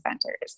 centers